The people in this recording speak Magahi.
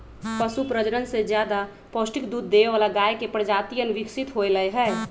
पशु प्रजनन से ज्यादा पौष्टिक दूध देवे वाला गाय के प्रजातियन विकसित होलय है